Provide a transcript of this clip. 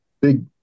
big